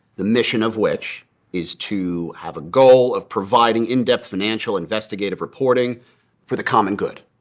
the mission of which is to have a goal of providing in-depth financial investigative reporting for the common good.